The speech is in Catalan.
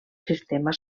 sistema